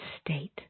state